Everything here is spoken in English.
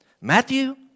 Matthew